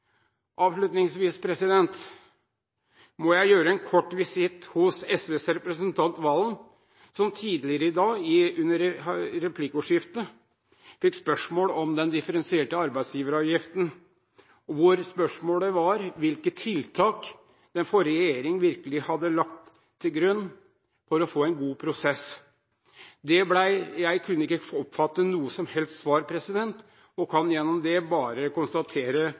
Avslutningsvis må jeg gjøre en kort visitt til SVs representant Serigstad Valen, som tidligere i dag, under replikkordskiftet, fikk spørsmål om den differensierte arbeidsgiveravgiften. Spørsmålet var hvilke tiltak den forrige regjeringen hadde satt inn for å få en god prosess. Jeg kunne ikke oppfatte noe som helst svar, og kan gjennom det bare konstatere